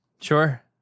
Sure